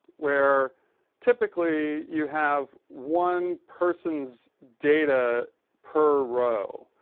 where typically you have one person's data per row.